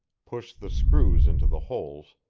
pushed the screws into the holes,